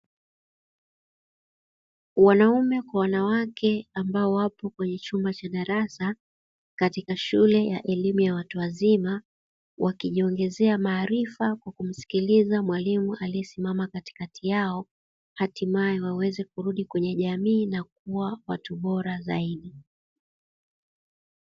Wanaume kwa wanawake ambao wapo kwenye chumba cha darasa katika shule ya elimu ya watu wazima, wakijiongezea maarifa kwa mkumsikiliza mwalimu aliyesimama katikati yao hatimaye waweze kurudi kwenye jamii na kuwa watu bora zaidi.